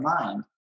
mind